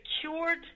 secured –